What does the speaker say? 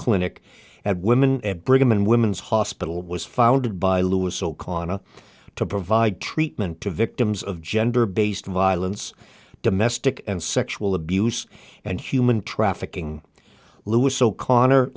clinic at women brigham and women's hospital was founded by louis o'connor to provide treatment to victims of gender based violence domestic and sexual abuse and human trafficking lewis o'connor